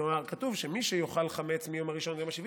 כתוב שמי שיאכל חמץ מהיום הראשון עד היום השביעי,